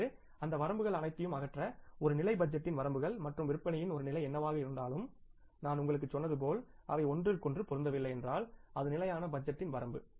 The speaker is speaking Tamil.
இப்போது அந்த வரம்புகள் அனைத்தையும் அகற்ற ஒரு நிலை பட்ஜெட்டின் வரம்புகள் மற்றும் விற்பனையின் ஒரு நிலை என்னவாக இருந்தாலும் நான் உங்களுக்குச் சொன்னது போல் அவை ஒன்றிற்கொன்று பொருந்தவில்லை என்றால் அது ஸ்டாடிக் பட்ஜெட்டின் வரம்பு